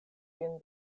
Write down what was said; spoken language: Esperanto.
kiun